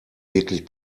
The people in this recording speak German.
wirklich